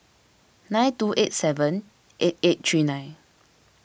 nine two eight seven eight eight three nine